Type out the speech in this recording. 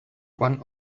one